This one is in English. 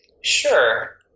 Sure